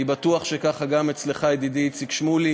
אני בטוח שככה גם אצלך, ידידי איציק שמולי,